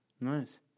nice